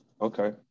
Okay